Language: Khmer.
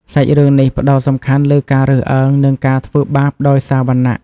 សាច់រឿងនេះផ្តោតសំខាន់លើការរើសអើង និងការធ្វើបាបដោយសារវណ្ណៈ។